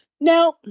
Now